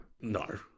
No